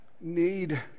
need